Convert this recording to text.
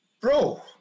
Bro